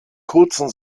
kurzen